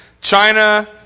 China